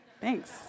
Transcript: Thanks